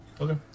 Okay